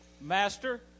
Master